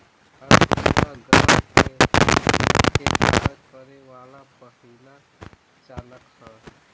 हर दूसरा ग्रह के सीमा के पार करे वाला पहिला चालक ह